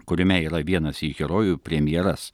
kuriame yra vienas į herojų premjeras